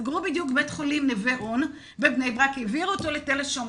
סגרו בדיוק את בית החולים "נוה רון" בבני ברק והעבירו אותו לתל-השומר.